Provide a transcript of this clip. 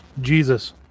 Jesus